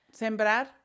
Sembrar